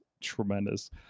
Tremendous